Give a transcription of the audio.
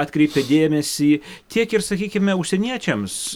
atkreipia dėmesį tiek ir sakykime užsieniečiams